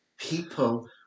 people